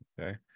Okay